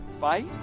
Fight